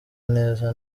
neza